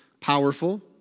powerful